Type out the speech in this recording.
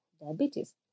diabetes